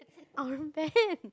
unban